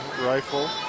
Rifle